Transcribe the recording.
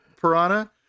piranha